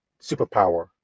superpower